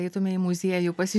eitume į muziejų pasiž